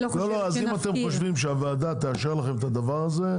אם אתם חושבים שהוועדה תאשר לכם את הדבר הזה,